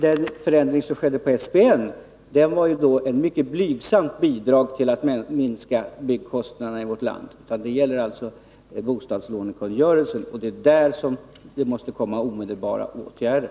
Den förändring som skedde av SBN var ett mycket blygsamt bidrag till att minska byggkostnaderna i vårt land. Vad det gäller är bostadslånekungörelsen, och det är där det måste komma omedelbara åtgärder.